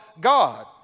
God